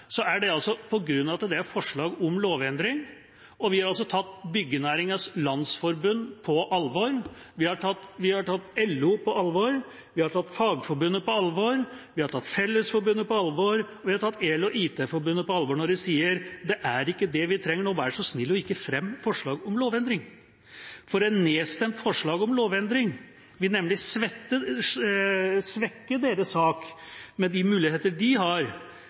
om lovendring. Vi har tatt Byggenæringens Landsforening på alvor, vi har tatt LO på alvor, vi har tatt Fagforbundet på alvor, vi har tatt Fellesforbundet på alvor, og vi har tatt EL & IT Forbundet på alvor når de sier: Det er ikke det vi trenger nå, vær så snill ikke å fremme forslag om lovendring. Et nedstemt forslag om lovendring vil nemlig svekke deres sak med de muligheter de har,